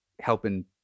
helping